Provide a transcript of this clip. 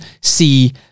see